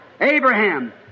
Abraham